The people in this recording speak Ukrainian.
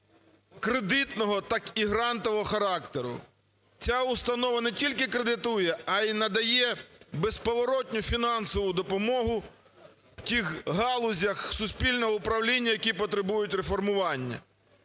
кредитного, так і грантового характеру. Ця установа не тільки кредитує, а й надає безповоротну фінансову допомогу в тих галузях суспільного управління, які потребують реформування.